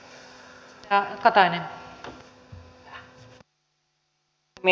arvoisa puhemies